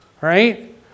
Right